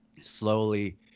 slowly